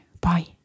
Bye